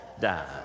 die